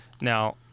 Now